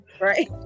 right